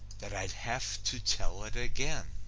that i'd have to tell it again